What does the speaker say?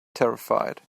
terrified